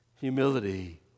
humility